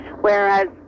whereas